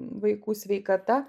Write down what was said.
vaikų sveikata